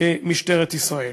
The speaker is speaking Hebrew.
משטרת ישראל.